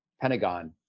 Pentagon